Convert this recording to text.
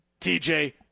TJ